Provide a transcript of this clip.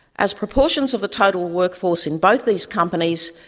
as proportions of the total workforce in both these companies,